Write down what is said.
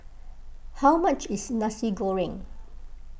how much is Nasi Goreng